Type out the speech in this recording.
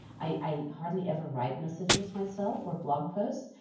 i hardly ever write messages myself or blog posts.